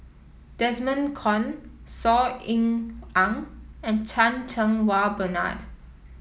Desmond Kon Saw Ean Ang and Chan Cheng Wah Bernard